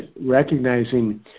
recognizing